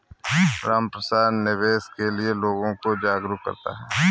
रामप्रसाद निवेश के लिए लोगों को जागरूक करता है